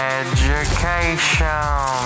education